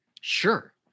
Sure